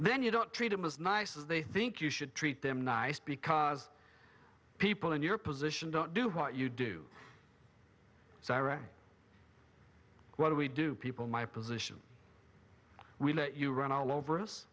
then you don't treat them as nice as they think you should treat them nice because people in your position don't do what you do so what do we do people in my position we let you run all over us